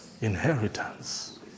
Inheritance